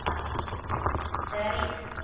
ஆ சரி